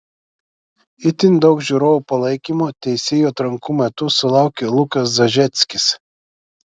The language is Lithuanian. itin daug žiūrovų palaikymo teisėjų atrankų metu sulaukė lukas zažeckis